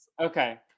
okay